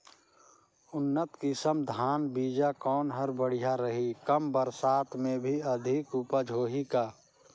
उन्नत किसम धान बीजा कौन हर बढ़िया रही? कम बरसात मे भी अधिक उपज होही का?